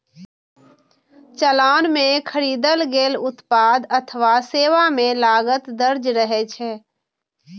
चालान मे खरीदल गेल उत्पाद अथवा सेवा के लागत दर्ज रहै छै